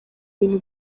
bintu